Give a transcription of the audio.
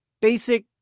basic